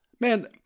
Man